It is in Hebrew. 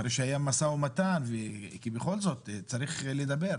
אחרי שהיה משא ומתן, כי בכל זאת צריך לדבר.